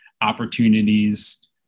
opportunities